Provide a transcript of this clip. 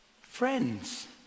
friends